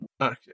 Okay